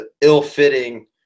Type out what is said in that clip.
ill-fitting